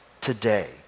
today